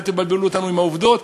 אל תבלבלו אותנו עם העובדות,